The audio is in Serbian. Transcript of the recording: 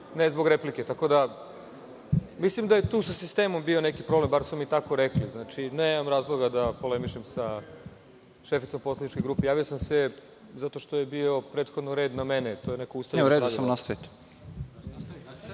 ne zbog replike. Mislim da je tu sa sistemom bio neki problem, bar su mi tako rekli. Znači, nemam razloga da polemišem sa šeficom poslaničke grupe. Javio sam se zato što je bio prethodno red na mene. To je neko ustaljeno pravilo.(Predsednik: